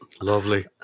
lovely